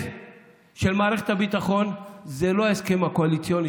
של מערכת הביטחון הוא לא ההסכם הקואליציוני